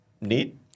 Neat